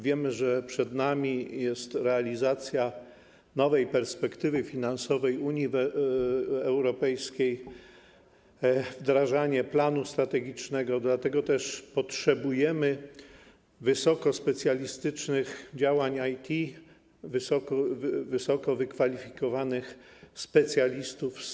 Wiemy, że przed nami jest realizacja nowej perspektywy finansowej Unii Europejskiej, wdrażanie planu strategicznego, dlatego też potrzebujemy wysoko specjalistycznych działań IT, wysoko wykwalifikowanych specjalistów.